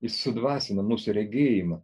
jis sudvasina mūsų regėjimą